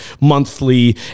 monthly